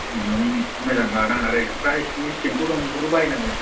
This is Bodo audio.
नों इसे मोजां माबानांगोन आरो फ्रायसनि सेमफु दं बेफोरखौ बायनांगोन